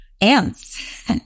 Ants